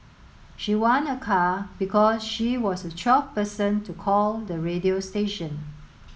she won a car because she was the twelfth person to call the radio station